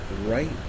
right